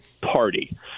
party